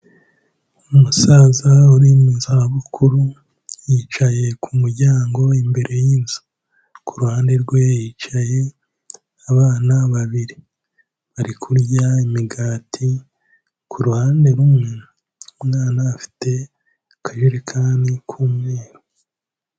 Umusaza uri mu zabukuru, yicaye ku muryango imbere y'inzu, ku ruhande rwe hicaye abana babiri, bari kurya imigati, ku ruhande rumwe umwana afite akajerekani k'umweru.